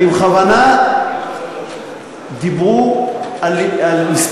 אם אפשר לענות על השאלה.